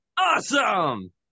Awesome